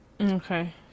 okay